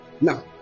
Now